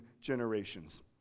generations